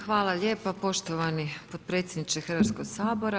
Hvala lijepa poštovani potpredsjedniče Hrvatskog sabora.